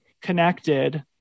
connected